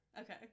Okay